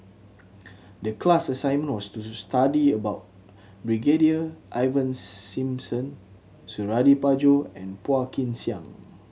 the class assignment was study about Brigadier Ivan Simson Suradi Parjo and Phua Kin Siang